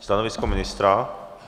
Stanovisko ministra?